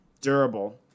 durable